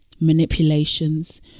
manipulations